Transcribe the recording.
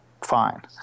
fine